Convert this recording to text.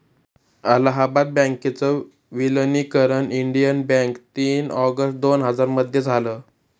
अलाहाबाद बँकेच विलनीकरण Indian bank तीन ऑगस्ट दोन हजार मध्ये झालं